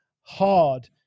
hard